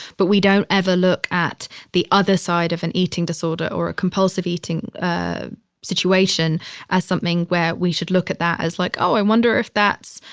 but we don't ever look at the other side of an eating disorder or a compulsive eating situation as something where we should look at that as like, oh, i wonder if that's,